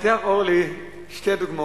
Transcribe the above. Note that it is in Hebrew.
אני אתן לך, אורלי, שתי דוגמאות,